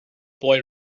boy